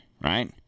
right